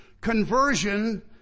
conversion